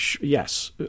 Yes